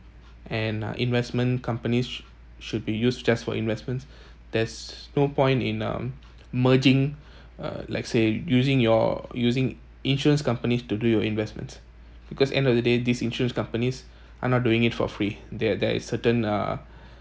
and uh investment companies shou~ should be used just for investments there's no point in um merging uh like say using your using insurance companies to do your investments because end of the day these insurance companies are not doing it for free there there is certain uh